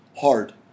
hard